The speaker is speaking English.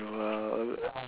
ya